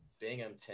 Binghamton